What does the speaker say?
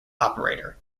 operator